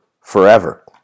forever